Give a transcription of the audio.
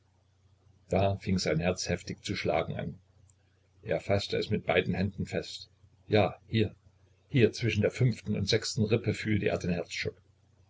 da fing sein herz heftig zu schlagen an er faßte es mit beiden händen fest ja hier hier zwischen der fünften und sechsten rippe fühlte er den